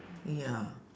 ya